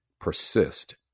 persist